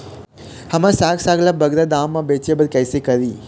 हमर साग साग ला बगरा दाम मा बेचे बर कइसे करी?